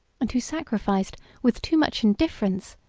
and who sacrificed, with too much indifference,